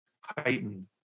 heightened